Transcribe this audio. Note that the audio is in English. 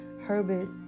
Herbert